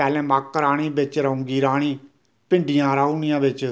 पैह्लै मक्क राह्नी बिच रौंगी राह्नी भिंडियां राऊनियां बिच